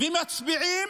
ומצביעים